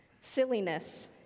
silliness